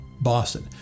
Boston